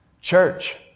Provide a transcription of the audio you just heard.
Church